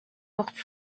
porte